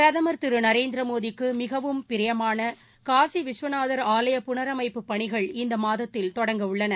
பிரதமா் திரு நரேந்திரமோடிக்கு மிகவும் பிரியமான காசி விஸ்வநாத ஆலய புனரமைப்பு பணிகள் இந்த மாதத்தில் தொடங்க உள்ளன